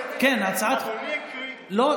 אדוני הקריא שלפי,